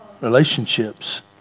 relationships